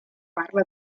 parla